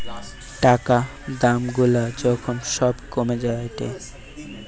টাকা দাম গুলা যখন সব কমে যায়েটে